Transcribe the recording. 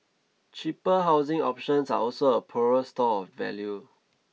cheaper housing options are also a poorer store of value